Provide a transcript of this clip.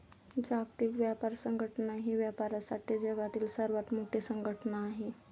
जागतिक व्यापार संघटना ही व्यापारासाठी जगातील सर्वात मोठी संघटना आहे